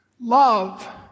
love